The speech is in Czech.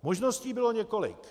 Možností bylo několik.